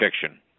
fiction